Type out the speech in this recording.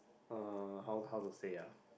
uh how how to say ah